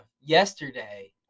yesterday